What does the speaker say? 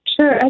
Sure